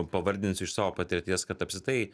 pavardinsiu iš savo patirties kad apskritai